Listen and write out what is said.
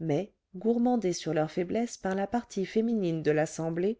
mais gourmandés sur leur faiblesse par la partie féminine de l'assemblée